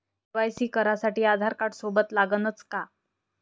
KYC करासाठी आधारकार्ड सोबत लागनच का?